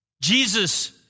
Jesus